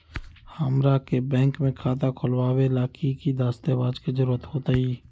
हमरा के बैंक में खाता खोलबाबे ला की की दस्तावेज के जरूरत होतई?